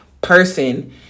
person